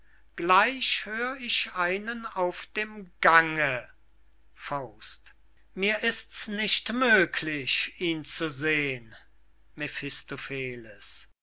gleich hör ich einen auf dem gange mir ist's nicht möglich ihn zu sehn